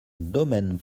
domaine